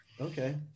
Okay